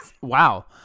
wow